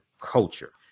culture